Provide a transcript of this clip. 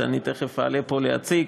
שאני תכף אעלה להציג,